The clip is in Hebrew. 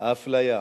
האפליה.